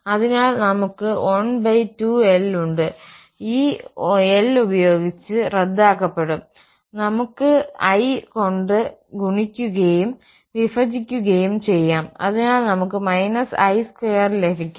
അതിനാൽ നമ്മൾക്ക് 12l ഉണ്ട് ഈ l ഉപയോഗിച്ച് l റദ്ദാക്കപ്പെടും നമുക്ക് i കൊണ്ട് ഗുണിക്കുകയും വിഭജിക്കുകയും ചെയ്യാം അതിനാൽ നമുക്ക് -i2 ലഭിക്കും രണ്ട് ടെംസും പോസിറ്റീവായിത്തീരും i അവിടെയുണ്ട്